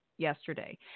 yesterday